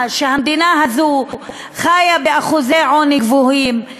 שהמדינה הזאת חיה באחוזי עוני גבוהים,